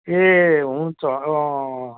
ए हुन्छ अँ